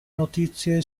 notizie